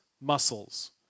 muscles